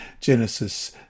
Genesis